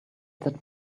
that